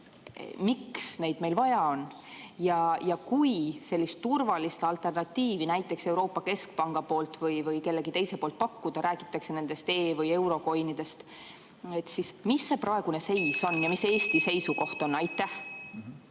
miks neid meil vaja on? Ja kui sellist turvalist alternatiivi näiteks Euroopa Keskpanga poolt või kellegi teise poolt pakkuda, räägitakse nendest e- võieurocoin'idest, siis mis see praegune seis on ja mis Eesti seisukoht on? Aitäh,